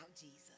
Jesus